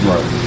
Right